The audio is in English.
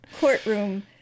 courtroom